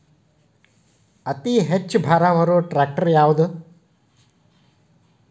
ಅತಿ ಹೆಚ್ಚ ಭಾರ ಹೊರು ಟ್ರ್ಯಾಕ್ಟರ್ ಯಾದು?